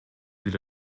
деле